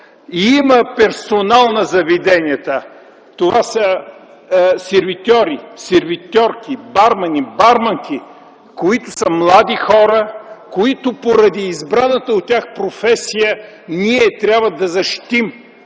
Има персонал на заведенията. Това са сервитьори, сервитьорки, бармани, барманки, които са млади хора, на които, поради избраната от тях професия ние трябва да защитим